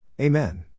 Amen